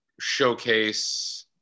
showcase